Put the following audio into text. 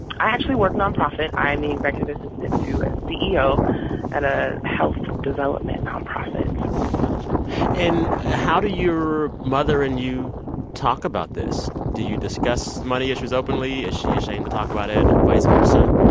i actually work nonprofit. i am the executive assistant to a ceo at a health development nonprofit gotcha yeah and how do your mother and you talk about this? do you discuss money issues openly? is she ashamed to talk about it, vice versa?